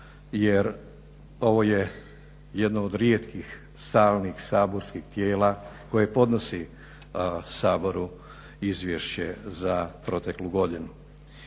jer ovo je jedno od rijetkih stalnih saborskih tijela koje podnosi Saboru izvješće za proteklu godinu.